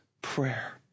prayer